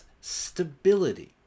stability